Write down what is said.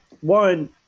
one